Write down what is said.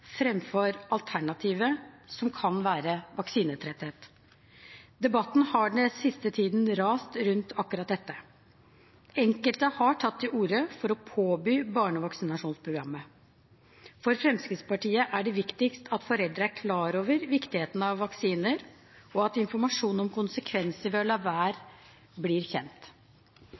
alternativet, som kan være vaksinetretthet. Debatten har den siste tiden rast rundt akkurat dette. Enkelte har tatt til orde for å påby barnevaksinasjonsprogrammet. For Fremskrittspartiet er det viktigst at foreldre er klar over viktigheten av vaksiner, og at informasjon om konsekvenser ved å la være,